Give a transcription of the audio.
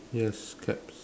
yes caps